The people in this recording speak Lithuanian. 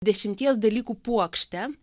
dešimties dalykų puokštę